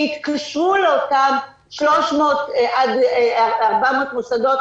שיתקשרו לאותם 300 עד 400 מוסדות,